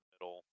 middle